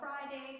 friday